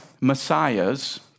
Messiahs